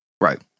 Right